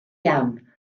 iawn